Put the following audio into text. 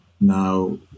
Now